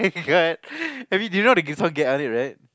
[oh]-my-god I mean do you know the song get get on it right